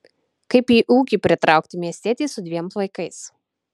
kaip į ūkį pritraukti miestietį su dviem vaikais